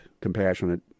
compassionate